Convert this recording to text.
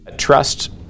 trust